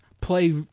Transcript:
play